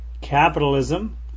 capitalism